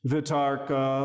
Vitarka